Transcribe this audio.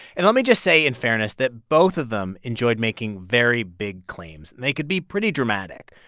and let me just say in fairness that both of them enjoyed making very big claims. they could be pretty dramatic.